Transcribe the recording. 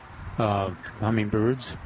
Hummingbirds